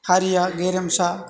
हारिया गेरेमसा